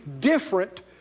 different